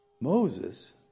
Moses